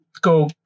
go